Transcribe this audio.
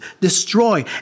destroy